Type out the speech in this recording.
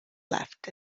left